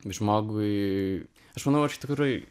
žmogui aš manau architektūrai